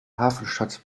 hafenstadt